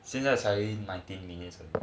现在才 nineteen minutes